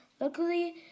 Luckily